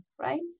right